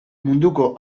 munduko